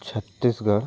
Chhattisgarh